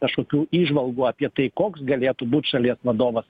kažkokių įžvalgų apie tai koks galėtų būt šalies vadovas